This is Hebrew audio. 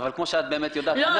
אבל כמו שאת יודעת --- לא,